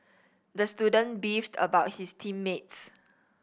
the student beefed about his team mates